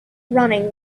running